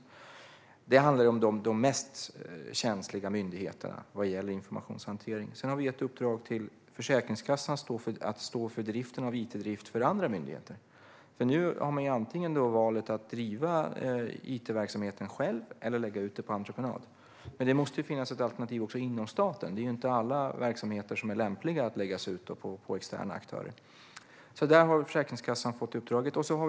Det här handlar om de mest känsliga myndigheterna vad gäller informationshantering. Vi har även gett ett uppdrag till Försäkringskassan att stå för driften av it-drift för andra myndigheter. Nu har man antingen valet att driva it-verksamheten själv eller lägga ut den på entreprenad. Men det måste finnas ett alternativ även inom staten. Inte alla verksamheter är lämpliga att lägga ut på externa aktörer. Försäkringskassan har som sagt fått detta uppdrag.